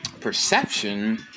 perception